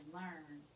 learn